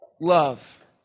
Love